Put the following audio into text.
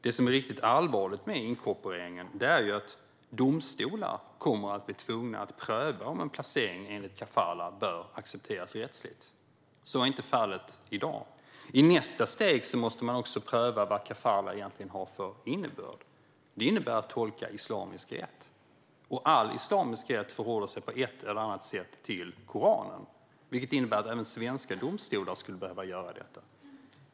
Det som är riktigt allvarligt med inkorporeringen är att domstolar kommer att bli tvungna att pröva om en placering enligt kafalah bör accepteras rättsligt. Så är inte fallet i dag. I nästa steg måste man också pröva vad kafalah egentligen har för innebörd. Det innebär att tolka islamisk rätt, och all islamisk rätt förhåller sig på ett eller annat sätt till Koranen, vilket innebär att även svenska domstolar skulle behöva göra det.